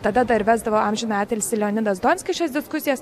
tada dar vesdavo amžinatilsį leonidas donskis šias diskusijas